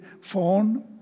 phone